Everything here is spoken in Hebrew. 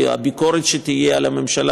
והביקורת שתהיה על הממשלה,